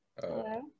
Hello